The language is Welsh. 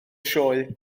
sioe